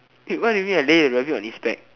wait what do you mean you lay a rabbit on its back